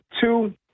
two